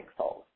pixels